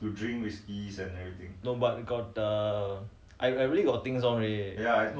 no but we got the I I really got things on already ya